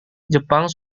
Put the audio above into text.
jepang